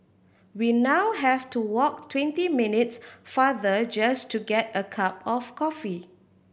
we now have to walk twenty minutes farther just to get a cup of coffee